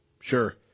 Sure